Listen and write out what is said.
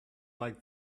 like